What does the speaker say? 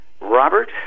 Robert